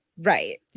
Right